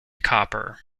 copper